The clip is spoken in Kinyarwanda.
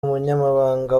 umunyamabanga